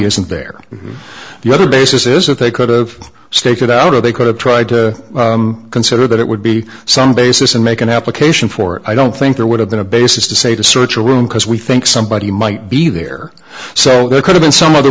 isn't there the other basis is that they could've staked it out or they could have tried to consider that it would be some basis and make an application for it i don't think there would have been a basis to say to search your room because we think somebody might be there so there could have been some other